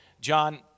John